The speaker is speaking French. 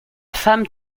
femme